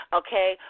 okay